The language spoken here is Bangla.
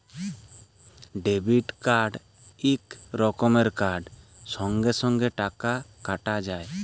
ডেবিট কার্ড ইক রকমের কার্ড সঙ্গে সঙ্গে টাকা কাটা যায়